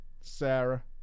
Sarah